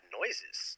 noises